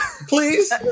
Please